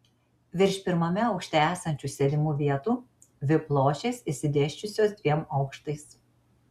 virš pirmame aukšte esančių sėdimų vietų vip ložės išsidėsčiusios dviem aukštais